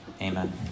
Amen